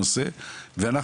וכן,